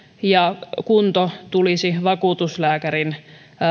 ja kunto tulisi vakuutuslääkärille